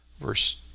Verse